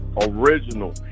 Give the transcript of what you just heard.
original